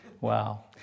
Wow